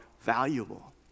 valuable